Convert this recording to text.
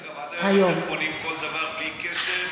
אגב, עד היום אתם פונים לבג"ץ על כל דבר בלי קשר.